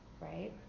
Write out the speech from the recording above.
right